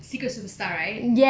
secret superstar right